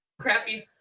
crappy